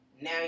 Now